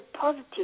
positive